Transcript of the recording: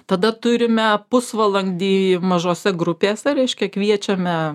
tada turime pusvalandį mažose grupėse reiškia kviečiame